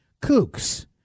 kooks